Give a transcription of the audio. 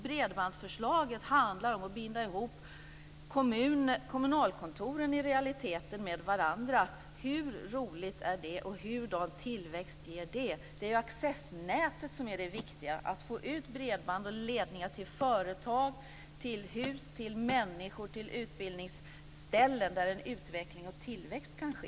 Bredbandsförslaget handlar i realiteten om att binda ihop kommunalkontoren med varandra. Hur roligt är det, och vilken tillväxt ger det? Det är ju accessnätet som är det viktiga, att få ut bredband och ledningar till företag, till hus, till människor och till utbildningsställen där en utveckling och tillväxt kan ske.